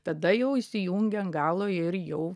tada jau įsijungia an galo ir jau